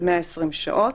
על 120 שעות,